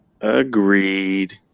Agreed